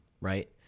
right